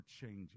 changes